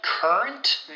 Current